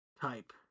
type